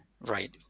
right